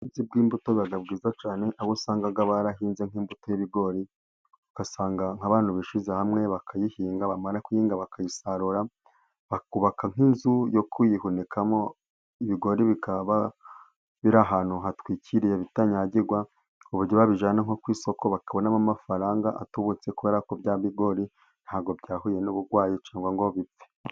ubuhinzi bw'imbuto buba bwiza cyane, aho usanga barahinze nk'imbuto y'ibigori, ugasanga nk'abantu bishyize hamwe bakayihinga, bamara kuyihinga bakayisarura, bakubaka nk'inzu yo kuyihunikamo, ibigori bikaba biri ahantu hatwikiriye bitanyagirwa, ku buryo babijyana nko ku isoko bakabonamo amafaranga atubutse, kubera ko bya bigori nta bwo byahuye n'uburwayi cyangwa ngo bipfe.